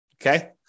Okay